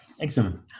Excellent